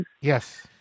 yes